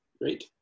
Great